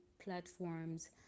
platforms